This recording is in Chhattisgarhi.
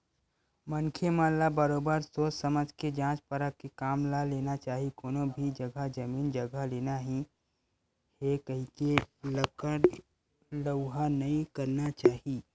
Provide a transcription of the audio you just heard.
मनखे मन ल बरोबर सोझ समझ के जाँच परख के काम ल लेना चाही कोनो भी जघा जमीन जघा लेना ही हे कहिके लकर लउहा नइ करना चाही